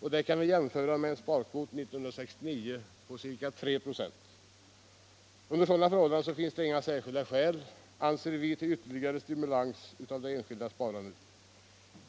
Detta kan jämföras med en sparkvot 1969 på ca 3 ?6. Under sådana förhållanden finns det inga särskilda skäl, anser vi, till ytterligare stimulans av enskilt sparande.